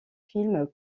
films